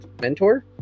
mentor